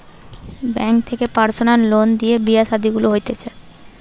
bank থেকে personal loan লিয়ে বিয়ে শাদী গুলা হতিছে